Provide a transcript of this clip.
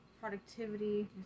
productivity